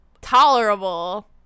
tolerable